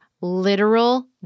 literal